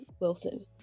wilson